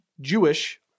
Jewish